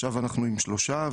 עכשיו אנחנו עם שלושה.